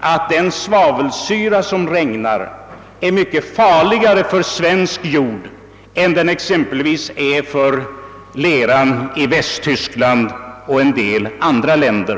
att den svavelsyra som regnar ner i vårt land är mycket farligare för svensk jord än den är för exempelvis leran i Västtyskland och en del andra länder.